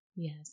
Yes